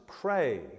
pray